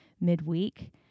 midweek